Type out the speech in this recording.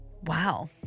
Wow